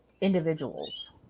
individuals